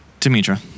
Demetra